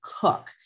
cook